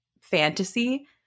fantasy